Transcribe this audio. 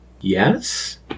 Yes